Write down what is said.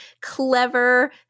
clever